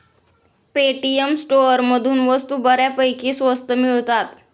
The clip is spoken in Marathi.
पेटीएम स्टोअरमधून वस्तू बऱ्यापैकी स्वस्त मिळतात